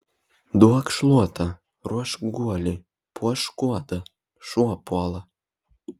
duok šluotą ruošk guolį puošk kuodą šuo puola